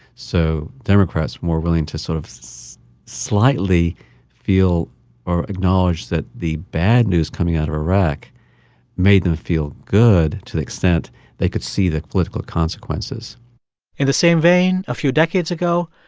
so democrats were more willing to sort of slightly feel or acknowledge that the bad news coming out of iraq made them feel good to the extent they could see the political consequences in the same vein, a few decades ago,